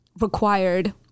required